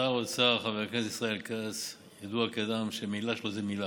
שר האוצר חבר הכנסת ישראל כץ ידוע כאדם שמילה שלו זו מילה.